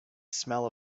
smell